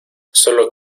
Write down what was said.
solo